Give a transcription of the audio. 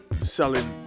selling